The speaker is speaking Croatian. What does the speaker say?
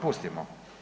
Pustimo.